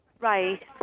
Right